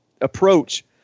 approach